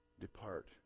Depart